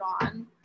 on